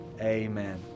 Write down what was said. amen